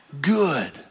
good